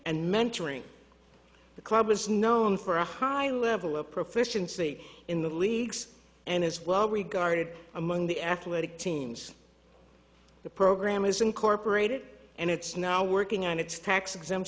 and mentoring the club is known for a high level of proficiency in the leagues and is well regarded among the athletic teams the program is incorporated and it's now working on its tax exempt